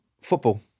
football